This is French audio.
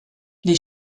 les